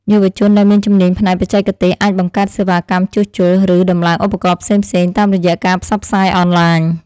យុវជនដែលមានជំនាញផ្នែកបច្ចេកទេសអាចបង្កើតសេវាកម្មជួសជុល ឬតម្លើងឧបករណ៍ផ្សេងៗតាមរយៈការផ្សព្វផ្សាយអនឡាញ។